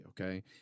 Okay